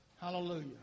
Hallelujah